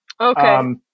Okay